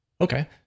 Okay